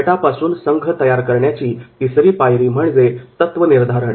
गटापासून संघ तयार करण्याची तिसरी पायरी म्हणजे तत्वनिर्धारण